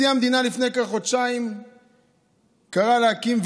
לפני כחודשיים קרא נשיא המדינה להקים,